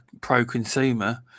pro-consumer